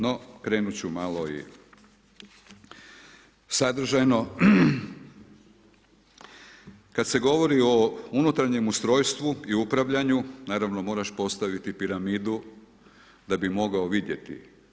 No krenuti ću malo i sadržajno, kada se govori o unutarnjem ustrojstvu i upravljanju, naravno moraš postaviti piramidu da bi morao vidjeti.